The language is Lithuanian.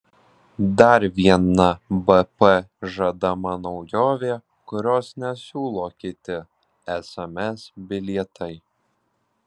dar viena bp žadama naujovė kurios nesiūlo kiti sms bilietai